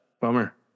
Bummer